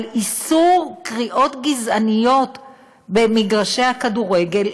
על איסור קריאות גזעניות במגרשי הכדורגל,